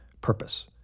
Purpose